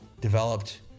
developed